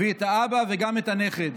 הביא את האבא וגם את הנכד.